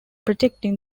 protecting